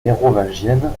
mérovingienne